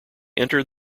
entered